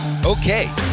Okay